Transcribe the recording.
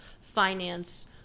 finance